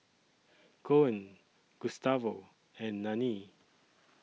Koen Gustavo and Nanie